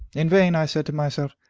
in vain i said to myself,